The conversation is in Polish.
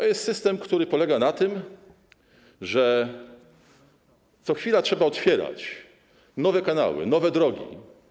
To jest system, który polega na tym, że co chwila trzeba odświeżać nowe kanały, nowe drogi.